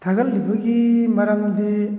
ꯊꯥꯒꯠꯂꯤꯕꯒꯤ ꯃꯔꯝꯗꯤ